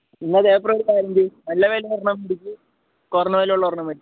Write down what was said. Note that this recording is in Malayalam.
എന്നാലെ ഒരു കാര്യം ചെയ്യ് നല്ല വിലയുള്ള ഒരെണ്ണം മേടിക്ക് കുറഞ്ഞ വിലയുള്ള ഒരെണ്ണം മേടിച്ചോളൂ